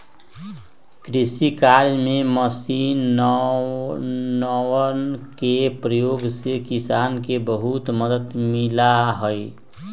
कृषि कार्य में मशीनवन के प्रयोग से किसान के बहुत मदद मिला हई